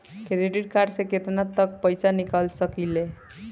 Credit card से केतना तक पइसा निकाल सकिले?